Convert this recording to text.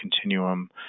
continuum